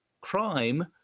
crime